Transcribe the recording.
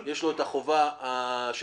והוא צריך לחזור לרשות המפקחת ולהגיד,